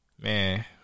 Man